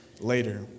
later